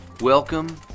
Welcome